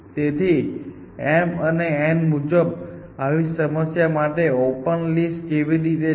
તેથી m અને n મુજબ આવી સમસ્યા માટે ઓપન લિસ્ટ કેવી રીતે છે